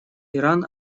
иран